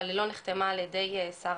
אבל לא נחתמה על ידי שר